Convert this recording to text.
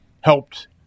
helped